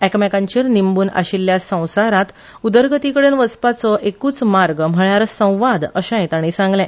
एकामेकांचे निंबून आशिल्ल्या संसारात उदरगती कडेन वचपाचे एकूच मार्द म्हळ्यार संवाद अशेय तांणी सांगले